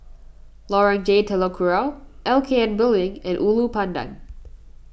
Lorong J Telok Kurau L K N Building and Ulu Pandan